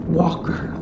walker